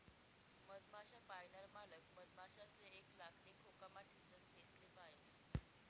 मधमाश्या पायनार मालक मधमाशासले एक लाकडी खोकामा ठीसन तेसले पायस